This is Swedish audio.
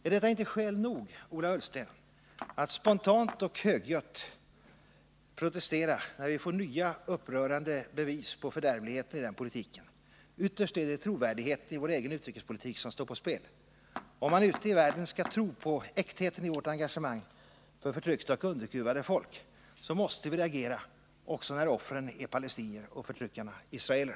Ärdetta inte skäl nog, Ola Ullsten, att spontant och högljutt protestera när vi får nya, upprörande bevis på fördärvligheten i den politiken? Ytterst är det trovärdigheten i vår egen utrikespolitik som står på spel. Om man ute i världen skall tro på äktheten i vårt engagemang för förtryckta och underkuvade folk, måste vi reagera också när offren är palestinier och förtryckarna israeler.